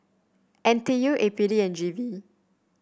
N T U A P D and G V